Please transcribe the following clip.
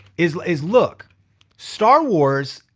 is is look star wars,